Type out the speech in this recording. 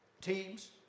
teams